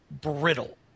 brittle